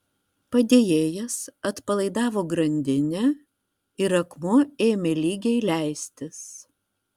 padėjėjas atpalaidavo grandinę ir akmuo ėmė lygiai leistis